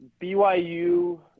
BYU